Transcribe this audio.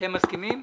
אתם מסכימים?